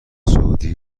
سعودی